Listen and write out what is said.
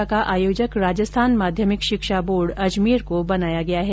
इस बार परीक्षा का आयोजक राजस्थान माध्यमिक शिक्षा बोर्ड अजमेर को बनाया गया है